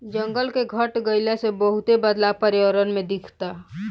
जंगल के घट गइला से बहुते बदलाव पर्यावरण में दिखता